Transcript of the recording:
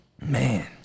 Man